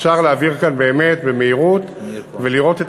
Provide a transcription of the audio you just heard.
אפשר להעביר כאן באמת במהירות ולראות את